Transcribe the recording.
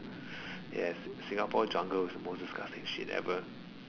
yes Singapore jungle is the most disgusting shit ever